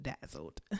dazzled